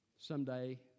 Someday